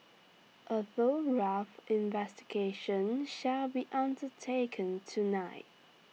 A thorough investigation shall be undertaken tonight